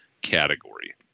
category